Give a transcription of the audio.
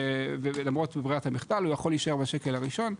ולמרות ברירת המחדל הוא יכול להישאר בשקל הראשון,